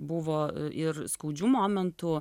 buvo ir skaudžių momentų